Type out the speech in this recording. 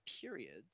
periods